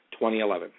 2011